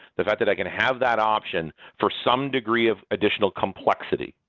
the fact that i'm going to have that option for some degree of additional complexity,